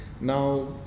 Now